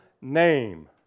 name